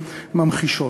ממחישים.